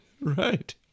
Right